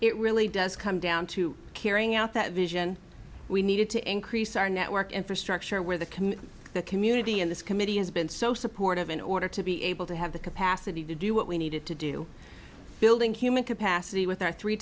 it really does come down to carrying out that vision we needed to increase our network infrastructure where the committee the community in this committee has been so supportive in order to be able to have the capacity to do what we needed to do building human capacity with our three